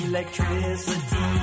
Electricity